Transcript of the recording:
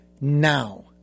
now